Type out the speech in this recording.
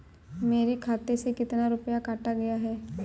मेरे खाते से कितना रुपया काटा गया है?